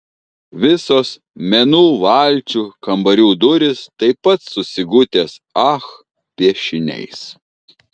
visos menų valčių kambarių durys taip pat su sigutės ach piešiniais